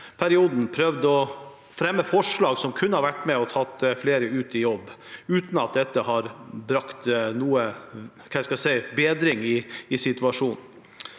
prøvd å fremme forslag som kunne vært med og få flere ut i jobb, uten at dette har brakt noen bedring i situasjonen.